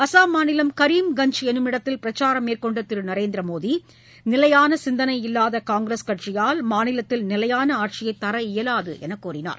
அஸ்ஸாம் மாநிலம் கரீம்கஞ்ச் என்னுமிடத்தில் பிரச்சாரம் மேற்கொண்ட திரு நரேந்திர மோடி நிலையான சிந்தளை இல்லாத காங்கிரஸ் கட்சியால் மாநிலத்தில் நிலையான ஆட்சியை தர இயலாது என கூறினார்